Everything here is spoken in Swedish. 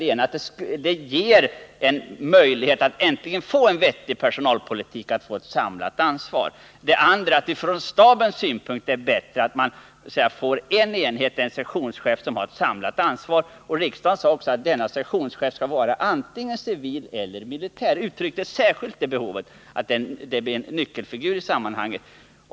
Det ena argumentet är att förs personalpolitik och ett samlat ansvar. Det andra argumentet är att det för aget ger möjlighet att äntligen få en vettig staben är bättre att få en enhet med en sektionschef som har ett samlat ansvar. Riksdagen sade då också att denna sektionschef skall vara antingen civil eller militär och tryckte särskilt på behovet av att han blir en nyckelfigur i sammanhanget.